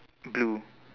blue